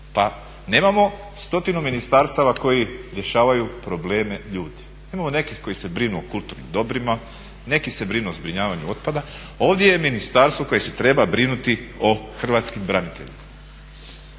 Pa nemamo stotinu ministarstava koji rješavaju probleme ljudi. Imamo nekih koji se brinu o kulturnim dobrima, neki se brinu o zbrinjavanju otpada. Ovdje je ministarstvo koje se treba brinuti o hrvatskim braniteljima.